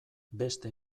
beste